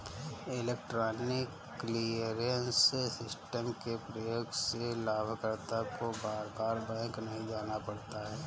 electronic clearance system के प्रयोग से लाभकर्ता को बार बार बैंक नहीं जाना पड़ता है